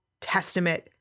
testament